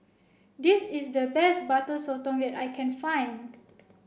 this is the best Butter Sotong that I can find